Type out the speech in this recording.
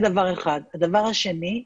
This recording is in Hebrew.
הדבר השני.